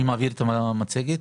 את המצגת